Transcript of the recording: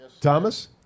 Thomas